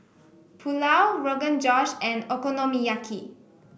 Pulao Rogan Josh and Okonomiyaki